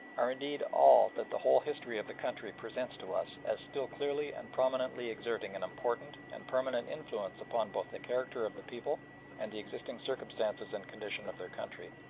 are indeed all that the whole history of the country presents to us as still clearly and prominently exerting an important and permanent influence upon both the character of the people and the existing circumstances and condition of their country.